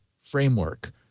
framework